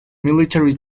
military